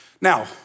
Now